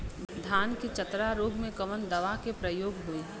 धान के चतरा रोग में कवन दवा के प्रयोग होई?